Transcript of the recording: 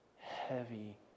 heavy